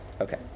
Okay